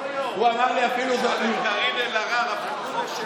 הוא אמר לי אפילו, תשאל את קארין אלהרר אפילו.